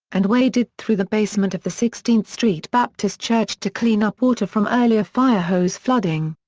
and waded through the basement of the sixteenth street baptist church to clean up water from earlier fire-hose flooding.